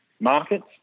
markets